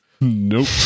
Nope